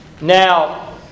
Now